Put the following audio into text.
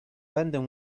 będę